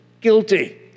Guilty